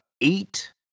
eight